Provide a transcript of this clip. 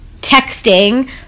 texting